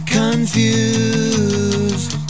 confused